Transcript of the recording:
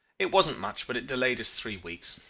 it wasn't much, but it delayed us three weeks.